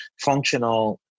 functional